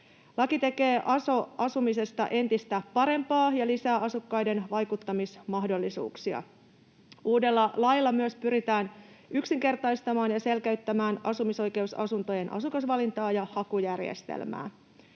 Laki tekee aso-asumisesta entistä parempaa ja lisää asukkaiden vaikuttamismahdollisuuksia. Uudella lailla myös pyritään yksinkertaistamaan ja selkeyttämään asumisoikeusasuntojen asukasvalintaa ja hakujärjestelmää.